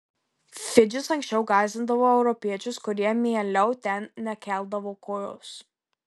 fidžis anksčiau gąsdindavo europiečius kurie mieliau ten nekeldavo kojos